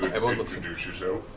everyone introduce yourself.